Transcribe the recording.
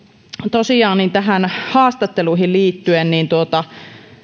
tosiaan näihin haastatteluihin liittyen